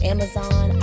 Amazon